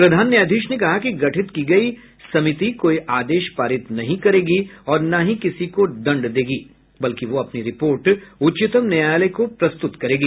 प्रधान न्यायाधीश ने कहा कि गठित की गई समिति कोई आदेश पारित नहीं करेगी और न ही किसी को दंड देगी बल्कि वह अपनी रिपोर्ट उच्चतम न्यायालय को प्रस्तुत करेगी